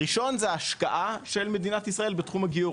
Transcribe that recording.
הראשון זה השקעה של מדינת ישראל בתחום הגיור.